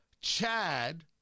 Chad